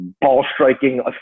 ball-striking